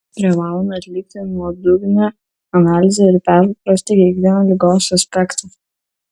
privalome atlikti nuodugnią analizę ir perprasti kiekvieną ligos aspektą